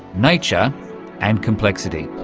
nature and complexity.